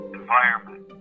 environment